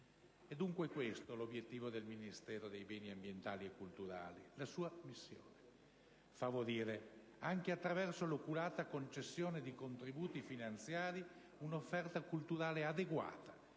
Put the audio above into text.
È dunque questo l'obiettivo del Ministero per i beni e le attività culturali, la sua missione: favorire, anche attraverso l'oculata concessione di contributi finanziari, un'offerta culturale adeguata